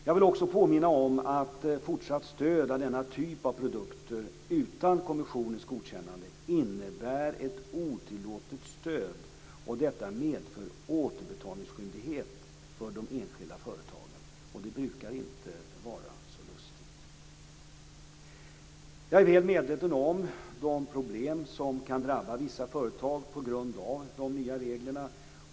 Jag vill också påminna om att fortsatt stöd av denna typ av produkter utan kommissionens godkännande innebär ett otillåtet stöd. Detta medför återbetalningsskyldighet för de enskilda företagen - och det brukar inte vara så lustigt. Jag är väl medveten om de problem som kan drabba vissa företag på grund av de nya reglerna.